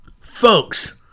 Folks